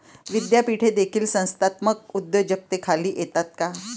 विद्यापीठे देखील संस्थात्मक उद्योजकतेखाली येतात का?